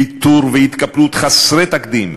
ויתור והתקפלות חסרי תקדים,